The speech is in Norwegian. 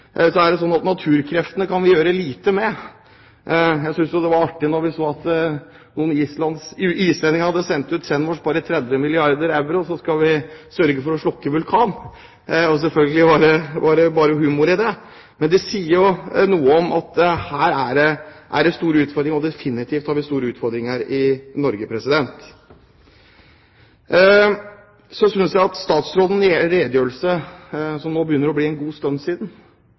Så er det sånn at naturkreftene er det lite vi kan gjøre med. Jeg synes det var artig da vi så at noen islendinger hadde sendt ut følgende melding: Send oss bare 30 milliarder euro, så skal vi sørge for å slokke vulkanen. Selvfølgelig var det bare humor i det, men det sier noe om at her er det store utfordringer. Og vi har definitivt store utfordringer i Norge. Så synes jeg statsrådens redegjørelse – det begynner å bli en god